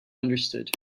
understood